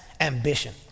ambition